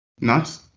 Nice